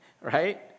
right